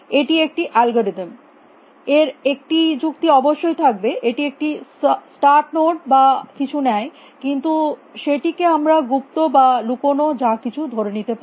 এটি একটি অ্যালগরিদম এর একটি যুক্তি অবশ্যই থাকবে এটি একটি স্টার্ট নোড বা কিছু নেয় কিন্তু সেটিকে আমরা গুপ্ত বা লুকানো যা কিছু ধরে নিতে পারি